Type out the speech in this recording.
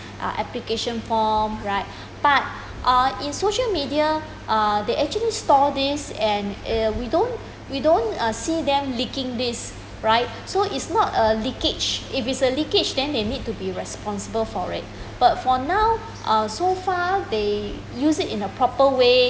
uh application form right but uh in social media uh they actually store this and uh we don't we don't see them leaking this right so is not a leakage if it's a leakage then they need to be responsible for it but for now uh so far they use it in a proper way